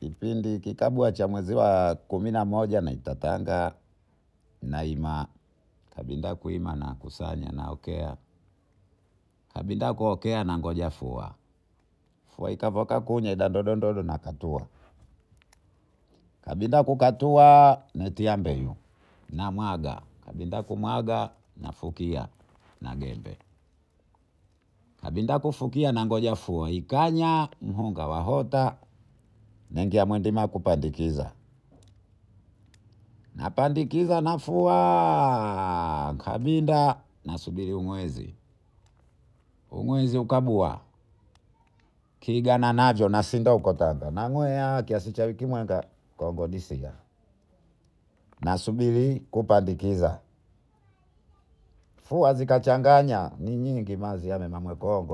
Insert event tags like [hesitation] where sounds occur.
Kipindi kikabwa cha mwezi wa kumi na mmoja naitatanga naima kabinda kwima nakusanya naokea kabinda kuokea nangoja fua fua ika dondo nakatua kabinda kukatua beyu namwaga na fukia na gembe kabinda kufukia nangoja fua ikanya muhunda ahota nangia mwe kupandikiza napandikiza nafua [hesitation] kabinda nasubiri mwezi umwezi ukabwa kigananavyo nasindokotanga [hesitation] nasubiri kupandikiza fua zikachanganya ni nyingi maziame